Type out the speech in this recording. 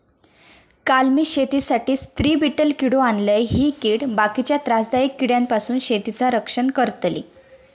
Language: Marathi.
काल मी शेतीसाठी स्त्री बीटल किडो आणलय, ही कीड बाकीच्या त्रासदायक किड्यांपासून शेतीचा रक्षण करतली